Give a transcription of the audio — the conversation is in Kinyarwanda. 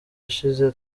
ashize